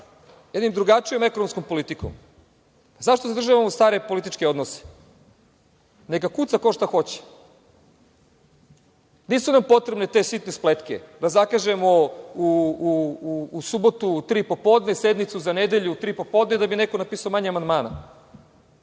jednom drugačijom ekonomskom politikom, zašto zadržavamo stare političke odnose? Neka kuca ko šta hoće, nisu nam potrebne te sitne spletke, da zakažemo u subotu u tri popodne sednicu za nedelju u tri popodne, da bi neko napisao manje amandmana.